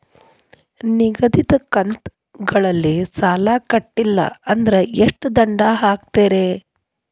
ನಿಗದಿತ ಕಂತ್ ಗಳಲ್ಲಿ ಸಾಲ ಕಟ್ಲಿಲ್ಲ ಅಂದ್ರ ಎಷ್ಟ ದಂಡ ಹಾಕ್ತೇರಿ?